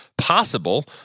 possible